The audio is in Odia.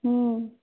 ହୁଁ